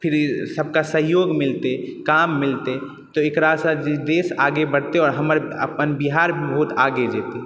फिर सबकऽ सहयोग मिलतय काम मिलतय तऽ एकरासँ देश बहुत आगे बढ़तय आओर हमर अपन बिहार बहुत आगे जेतय